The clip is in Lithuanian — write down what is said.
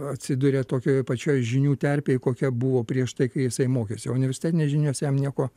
atsiduria tokioj pačioj žinių terpėj kokia buvo prieš tai kai jisai mokėsi o universitetinės žinios jam nieko